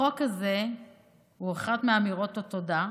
החוק הזה הוא אחת מאמירות התודה.